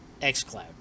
xCloud